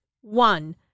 One